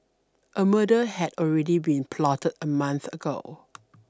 a murder had already been plotted a month ago